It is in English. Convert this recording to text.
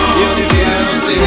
Beautiful